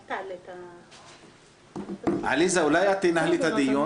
אל תעלה את --- עליזה, אולי את תנהלי את הדיון?